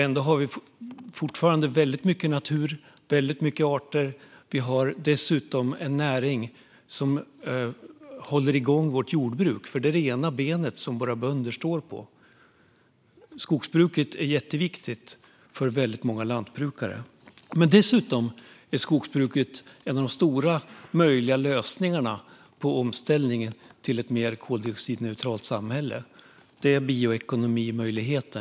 Ändå har vi fortfarande väldigt mycket natur och många arter. Dessutom har vi en näring som håller igång vårt jordbruk, då det är det ena ben som våra bönder står på. Skogsbruket är jätteviktigt för väldigt många lantbrukare. Därtill är skogsbruket en av de stora möjliga lösningarna på omställningen till ett mer koldioxidneutralt samhälle. Det är en bioekonomimöjlighet.